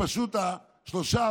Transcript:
ופשוט השלושה,